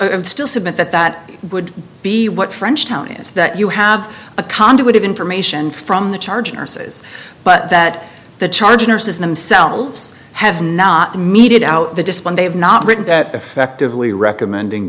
i still submit that that would be what frenchtown is that you have a conduit of information from the charging arses but that the charge nurses themselves have not needed out the discipline they have not written that effectively recommending